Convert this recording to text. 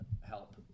help